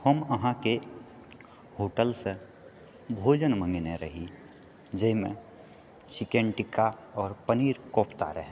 हम अहाँकेँ होटलसँ भोजन मङ्गेने रही जाहिमे चिकेन टिक्का आओर पनीर कोफ्ता रहए